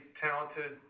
talented